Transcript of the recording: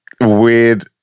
weird